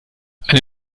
eine